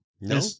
no